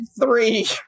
three